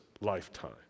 lifetime